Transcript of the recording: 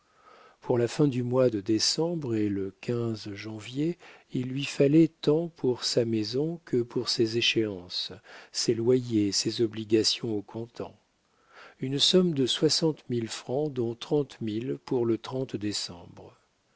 pour la fin du mois de décembre et le quinze janvier il lui fallait tant pour sa maison que pour ses échéances ses loyers et ses obligations au comptant une somme de soixante mille francs dont trente mille pour le trente décembre